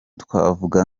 twavuga